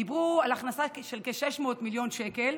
דיברו על הכנסה של כ-600 מיליון שקל,